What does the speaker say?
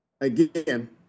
Again